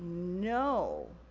no.